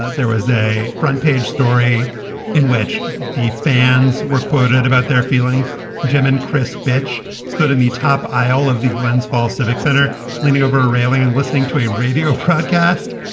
there was a front page story in which the fans were quoted about their feelings jim and chris fitch stood in the top eye all of the glens falls civic center leaning over a railing and listening to a radio broadcast.